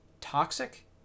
toxic